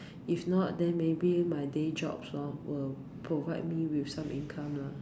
if not then maybe my day jobs loh will provide me with some income lah